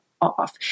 off